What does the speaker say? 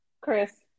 Chris